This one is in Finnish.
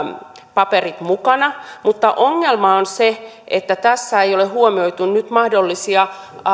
paperit mukana mutta ongelma on se että tässä ei ole huomioitu nyt mahdollisia